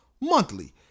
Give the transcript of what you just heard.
monthly